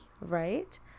right